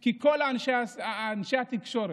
כי כל אנשי התקשורת,